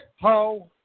ho